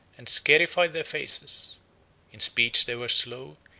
and scarified their faces in speech they were slow,